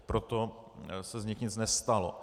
Proto se z nich nic nestalo.